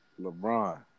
LeBron